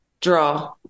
draw